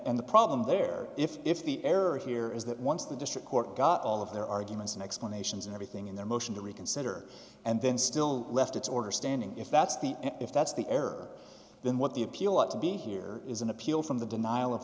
and the problem there if the error here is that once the district court got all of their arguments and explanations and everything in their motion to reconsider and then still left its order standing if that's the if that's the error then what the appeal ought to be here is an appeal from the denial of